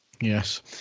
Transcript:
Yes